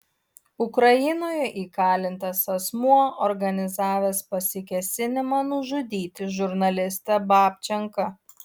ukrainoje įkalintas asmuo organizavęs pasikėsinimą nužudyti žurnalistą babčenką